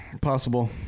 Possible